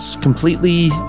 completely